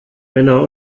männer